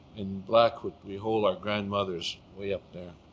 in blackfoot, we hold our grandmothers way up there,